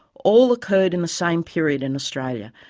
all occurred in the same period in australia,